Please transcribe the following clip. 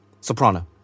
soprano